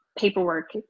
paperwork